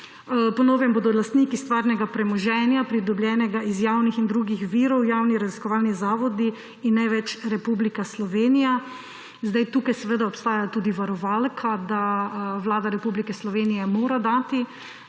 Po novem bodo lastniki stvarnega premoženja, pridobljenega iz javnih in drugih virov, javni raziskovalni zavodi in ne več Republika Slovenija. Tukaj seveda obstaja tudi varovalka, da Vlada Republike Slovenije mora dati